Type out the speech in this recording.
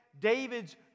David's